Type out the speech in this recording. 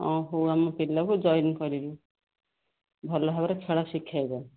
ହଁ ହଉ ଆମେ ପିଲାକୁ ଜଏନ୍ କରିବି ଭଲ ଭାବରେ ଖେଳ ଶିଖାଇବେ